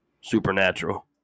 supernatural